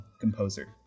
composer